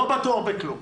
לא בטוח בכלום.